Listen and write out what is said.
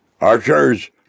Archers